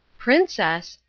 princess,